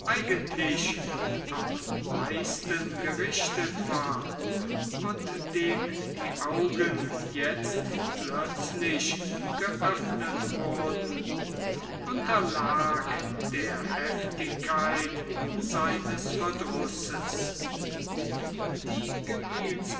eigentlich und am meisten gerichtet war und dem die augen jetzt plötzlich geöffnet wurden unterlag der heftigkeit seines verdrusses die